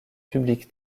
public